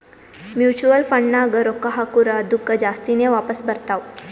mutual ಫಂಡ್ನಾಗ್ ರೊಕ್ಕಾ ಹಾಕುರ್ ಅದ್ದುಕ ಜಾಸ್ತಿನೇ ವಾಪಾಸ್ ಬರ್ತಾವ್